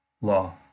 Law